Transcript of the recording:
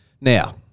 Now